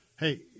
Hey